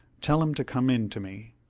tell him to come in to me.